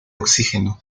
oxígeno